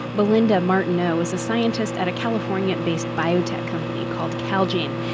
belinda martineau was a scientist at a california-based biotech company called calgene,